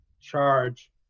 charge